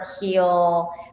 Heal